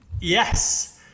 yes